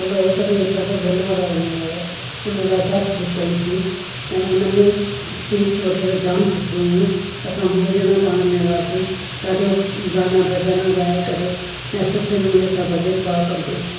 hello हिकु ॾींहुं असांखे लोनावला वञिणो हुओ हुन लाइ बस बुक कईसीं ऐं उन में सीट्स वग़ैरह जाम सुठियूं हुयूं असां वीह ॼणा पाण में हुआसीं ॾाढो गाना बजाना ॻाए करे ऐं सुठे नमूने असां भॼन भाव कंदे